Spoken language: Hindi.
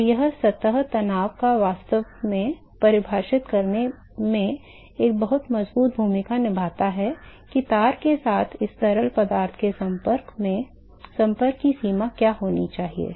तो यह सतह तनाव वास्तव में परिभाषित करने में एक बहुत मजबूत भूमिका निभाता है कि तार के साथ इस तरल पदार्थ के संपर्क की सीमा क्या होनी चाहिए